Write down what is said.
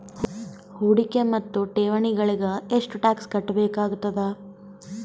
ಹೂಡಿಕೆ ಮತ್ತು ಠೇವಣಿಗಳಿಗ ಎಷ್ಟ ಟಾಕ್ಸ್ ಕಟ್ಟಬೇಕಾಗತದ?